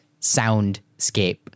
soundscape